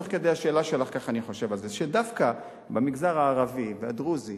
תוך כדי השאלה שלך אני חושב על כך שדווקא במגזר הערבי והדרוזי,